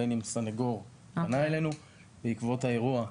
בין אם סניגור פנה אלינו בעקבות האירוע,